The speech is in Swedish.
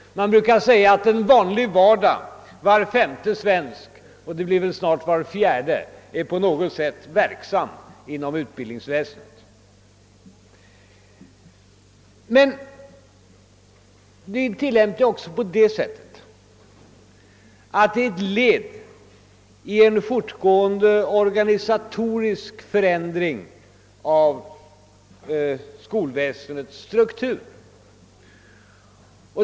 Man brukar säga att en vanlig vardag var femte svensk — och det blir väl snart var fjärde — är på något sätt verksam inom utbildningsområdet. Men detta är en tillämpning av målen också på det sättet, att det är ett led i en fortgående organisatorisk förändring av skolväsendets struktur.